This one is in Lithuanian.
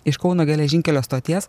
iš kauno geležinkelio stoties